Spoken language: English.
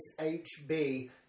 h-b